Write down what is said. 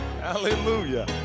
Hallelujah